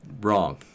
wrong